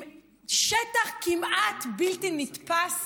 עם שטח כמעט בלתי נתפס